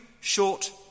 short